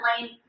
lane